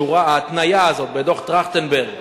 ההתניה הזאת בדוח-טרכטנברג